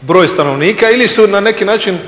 broj stanovnika ili su na neki način